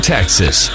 Texas